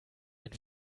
ein